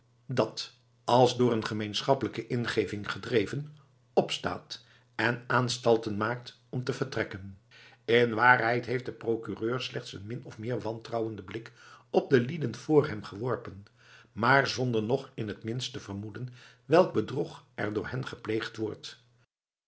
dat als door een gemeenschappelijke ingeving gedreven opstaat en aanstalten maakt om te vertrekken in waarheid heeft de procureur slechts een min of meer wantrouwenden blik op de lieden vr hem geworpen maar zonder nog in t minst te vermoeden welk bedrog er door hen gepleegd wordt